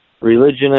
religion